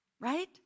right